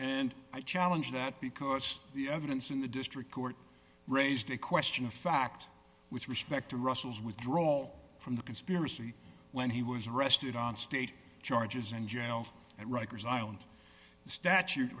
and i challenge that because the evidence in the district court raised a question of fact with respect to russell's withdrawal from the conspiracy when he was arrested on state charges and jailed at rikers island the statute